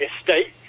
estate